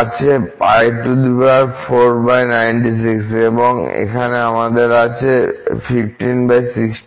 আছে π496 এবং এখানে আমাদের আছে 1516 S